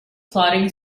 plodding